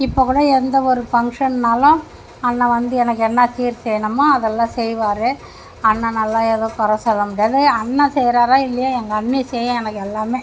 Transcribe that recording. இப்போ கூட எந்த ஒரு ஃபங்க்ஷன்னாலும் அண்ணன் வந்து எனக்கு என்ன சீர் செய்யணுமோ அதெல்லாம் செய்வார் அண்ணனெல்லாம் எதுவும் கொறை சொல்ல முடியாது அண்ணன் செய்கிறாரோ இல்லையோ எங்கள் அண்ணி செய்யும் எனக்கு எல்லாமே